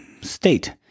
state